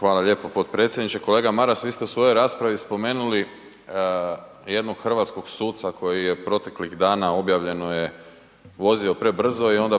Hvala lijepo potpredsjedniče. Kolega Maras vi ste u svojoj raspravi spomenuli jednog hrvatskog suca koji je proteklih dana, objavljeno je, vozio prebrzo i onda